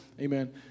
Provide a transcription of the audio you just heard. Amen